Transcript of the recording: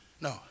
No